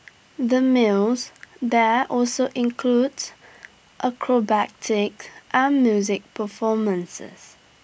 the meals there also include acrobatic and music performances